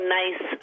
nice